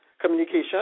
communication